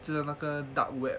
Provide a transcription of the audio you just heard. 就是那个 dark web